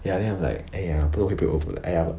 ya then I'm like !aiya! 不懂会不会 overlap !aiya!